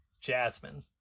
Jasmine